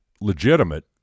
legitimate